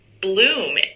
bloom